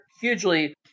hugely